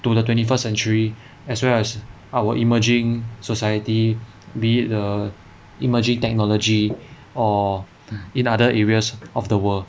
to the twenty first century as well as our emerging society be it the emerging technology or in other areas of the world